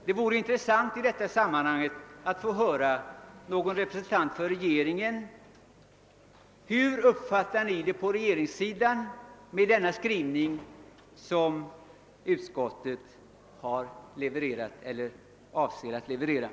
Det vore intressant att från någon representant för regeringen få svar på följande fråga: Hur uppfattar ni på regeringssidan utskottets skrivning i detta avseende?